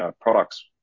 products